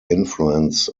influence